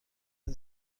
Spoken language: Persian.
این